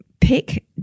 pick